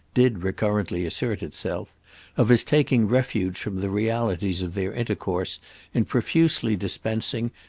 did recurrently assert itself of his taking refuge from the realities of their intercourse in profusely dispensing,